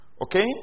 Okay